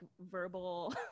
verbal